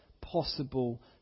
possible